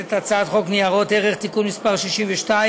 את הצעת חוק ניירות ערך (תיקון מס׳ 62),